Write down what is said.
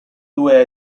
due